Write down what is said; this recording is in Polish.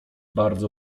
bardzo